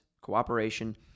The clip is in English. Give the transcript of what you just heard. cooperation